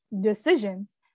decisions